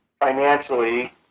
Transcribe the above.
financially